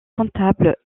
comptable